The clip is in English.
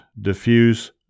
diffuse